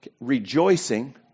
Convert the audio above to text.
Rejoicing